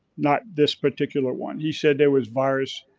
not this particular one. he said there was virus